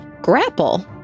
grapple